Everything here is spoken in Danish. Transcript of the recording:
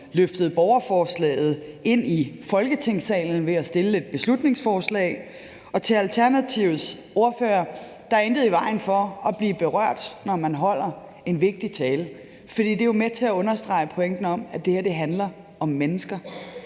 løftede borgerforslaget ind i Folketingssalen ved at fremsætte et beslutningsforslag. Til Alternativets ordfører vil jeg sige, at der ikke er noget i vejen for at blive berørt, når man holder en vigtig tale, for det er jo med til at understrege pointen om, at det her handler om mennesker;